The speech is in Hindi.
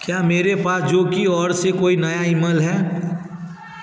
क्या मेरे पास जो की ओर से कोई नया ईमेल है